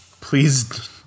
please